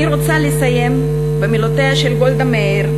אני רוצה לסיים במילותיה של גולדה מאיר,